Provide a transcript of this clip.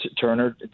Turner